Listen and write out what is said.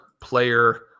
player